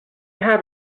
have